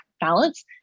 balance